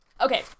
Okay